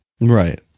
Right